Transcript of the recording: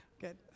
good